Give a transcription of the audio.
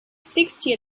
sixty